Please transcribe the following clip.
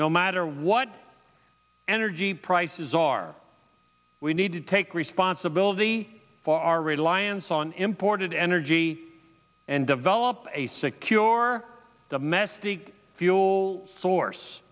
no matter what energy prices are we need to take responsibility for our reliance on imported energy and develop a secure or domestic fuel source